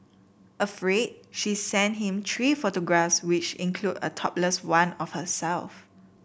afraid she sent him three photographs which include a topless one of herself